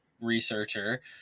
researcher